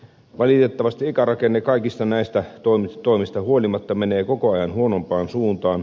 valitettavasti ikärakenne kaikista näistä toimista huolimatta menee koko ajan huonompaan suuntaan